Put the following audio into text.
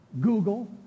Google